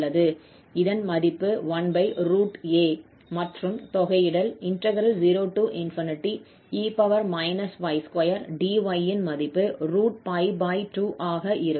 இதன் மதிப்பு 1a மற்றும் தொகையிடல் 0e y2 dy ன் மதிப்பு 2 ஆக இருக்கும்